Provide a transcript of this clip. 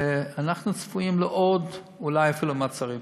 ואנחנו אולי צפויים אפילו לעוד מעצרים,